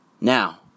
Now